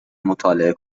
مطالعه